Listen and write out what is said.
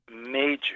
major